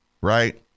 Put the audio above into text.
right